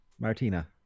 Martina